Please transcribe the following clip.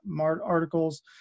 articles